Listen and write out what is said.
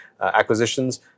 acquisitions